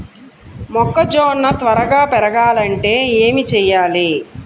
మొక్కజోన్న త్వరగా పెరగాలంటే ఏమి చెయ్యాలి?